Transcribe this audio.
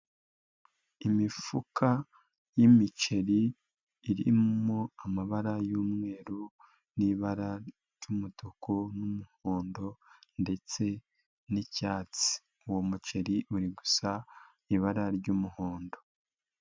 Imifuka y'imiceri irimo amabara y'umweru n'ibara ry'umutuku n'umuhondo ndetse n'icyatsi, uwo muceri uri gusa ibara ry'umuhondo.